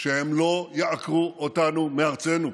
שהם לא יעקרו אותנו מארצנו.